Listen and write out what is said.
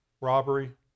robbery